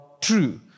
true